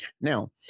Now